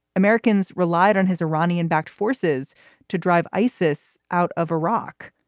americans relied on his iranian backed forces to drive isis out of iraq.